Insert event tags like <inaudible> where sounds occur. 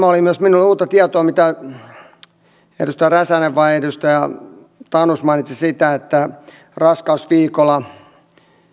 <unintelligible> oli myös minulle uutta tietoa mitä edustaja räsänen tai edustaja tanus mainitsi siitä että raskausviikoilla